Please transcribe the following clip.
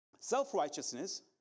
Self-righteousness